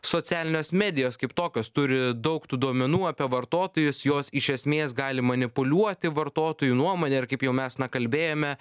socialinės medijos kaip tokios turi daug tų duomenų apie vartotojus jos iš esmės gali manipuliuoti vartotojų nuomone ir kaip jau mes na kalbėjome